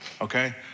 okay